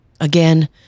Again